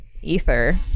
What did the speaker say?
ether